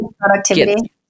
productivity